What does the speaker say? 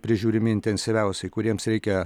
prižiūrimi intensyviausiai kuriems reikia